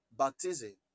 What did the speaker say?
Baptism